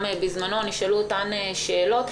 גם בזמנו נשאלו אותן שאלות.